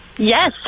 Yes